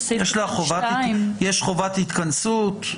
יש חובת התכנסות?